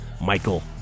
Michael